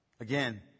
Again